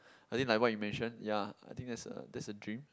I think like what you mentioned ya I think that's a that's a dream